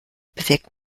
bewirkt